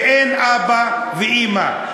ואין אבא ואימא,